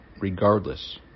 regardless